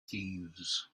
thieves